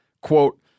quote